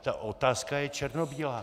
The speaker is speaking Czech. Ta otázka je černobílá.